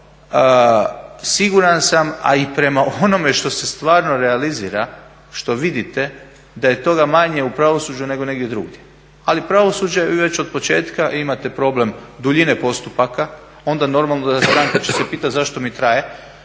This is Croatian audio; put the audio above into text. siguran sam a i prema onome što se stvarno realizira, što vidite da je toga manje u pravosuđu negdje drugdje. Ali pravosuđe, vi već od početka imate problem duljine postupaka onda normalno da stranka će se pitati zašto mi traje